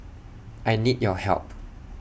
I need your help